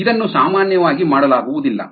ಇದನ್ನು ಸಾಮಾನ್ಯವಾಗಿ ಮಾಡಲಾಗುವುದಿಲ್ಲ